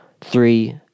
Three